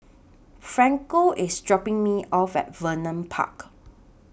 Franco IS dropping Me off At Vernon Park